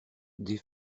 des